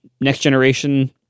next-generation